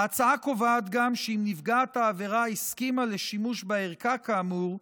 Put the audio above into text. ההצעה קובעת גם שאם נפגעת העבירה הסכימה לשימוש בערכה כאמור,